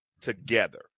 together